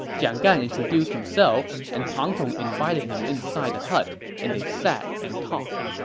jiang gan introduced himself, and pang tong invited him inside the hut and they sat and talked.